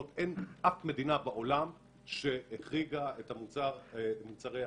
שאין אף מדינה בעולם שהחריגה את מוצרי האידוי.